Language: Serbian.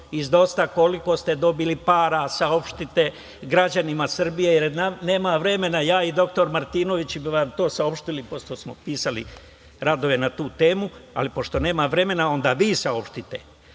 iz DOS-a, koliko ste dobili para? Saopštite građanima Srbije, jer nema vremena. Doktor Martinović i ja bi vam to saopštili pošto smo pisali radove na tu temu, ali pošto nema vremena, onda vi saopštite. Dalje,